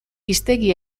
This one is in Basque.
hiztegi